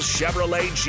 Chevrolet